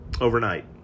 overnight